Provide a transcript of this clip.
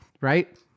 Right